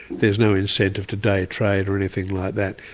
there's no incentive to day trade or anything like that.